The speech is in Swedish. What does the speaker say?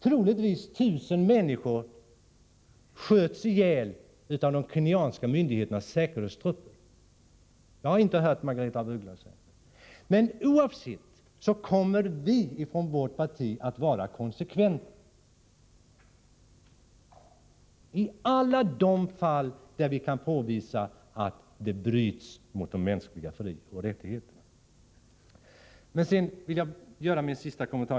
Troligtvis sköts 1 000 människor ihjäl av de kenyanska myndigheternas säkerhetstrupper. Jag har inte hört Margaretha af Ugglas säga något om det. Oberoende av detta kommer vi i vårt parti att vara konsekventa i alla de fall där vi kan påvisa att man bryter mot de mänskliga frioch rättigheterna. Jag vill nu göra min sista kommentar.